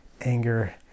Anger